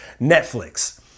Netflix